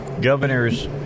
governor's